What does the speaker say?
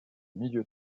milieu